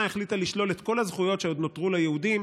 החליטה לשלול את כל הזכויות שעוד נותרו ליהודים